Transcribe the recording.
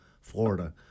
Florida